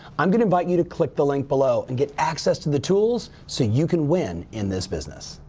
i'm gonna invite you to click the link below, and get access to the tools, so you can win in this business.